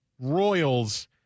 Royals